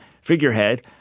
figurehead